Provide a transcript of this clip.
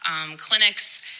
clinics